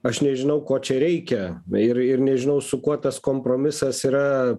aš nežinau ko čia reikia ir ir ir nežinau su kuo tas kompromisas yra